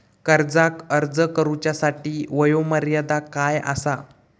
कर्जाक अर्ज करुच्यासाठी वयोमर्यादा काय आसा?